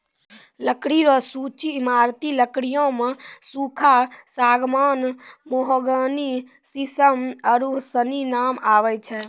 लकड़ी रो सूची ईमारती लकड़ियो मे सखूआ, सागमान, मोहगनी, सिसम आरू सनी नाम आबै छै